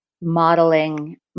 modeling